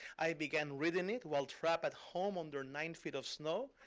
i began reading it while trapped at home under nine feet of snow.